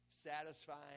satisfying